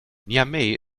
niamey